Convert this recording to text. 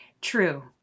True